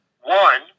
one